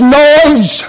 noise